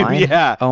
yeah. oh,